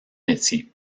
métiers